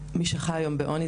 שיכולים לעמוד בו,